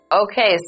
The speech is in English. Okay